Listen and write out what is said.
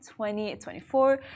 2024